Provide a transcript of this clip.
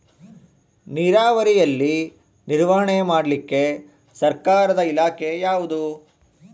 ನೇರಾವರಿಯಲ್ಲಿ ನಿರ್ವಹಣೆ ಮಾಡಲಿಕ್ಕೆ ಸರ್ಕಾರದ ಇಲಾಖೆ ಯಾವುದು?